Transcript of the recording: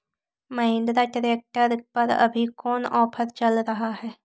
Mahindra tractor पर अभी कोन ऑफर चल रहा है?